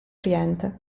oriente